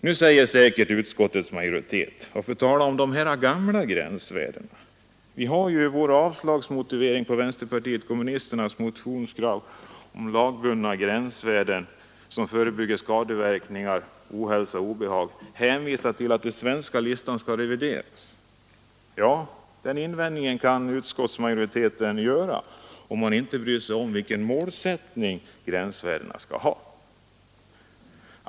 Nu säger säkert utskottets majoritet: Varför tala om dessa gamla gränsvärden, vi har ju i vår avslagsmotivering till vänsterpartiet kommunisternas motionskrav om lagbundna gränsvärden som förebygger skadeverkningar, ohälsa och obehag hänvisat till att den svenska listan skall revideras. Ja, den invändningen kan utskottsmajoriteten göra om man inte bryr sig om vilken målsättning gränsvärdena skall ha.